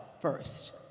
first